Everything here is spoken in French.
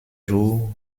jour